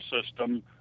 system